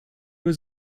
was